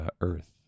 Earth